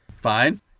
Fine